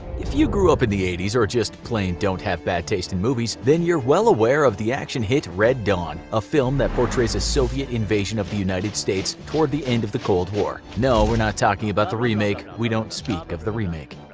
if you grew up in the eighty s, or just plain don't have a bad taste in movies, then you're well aware of the action hit red dawn, a film that portrays a soviet invasion of the united states towards the end of the cold war. no, we're not talking about the remake, we don't speak of the remake.